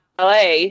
LA